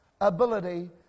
ability